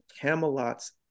Camelot's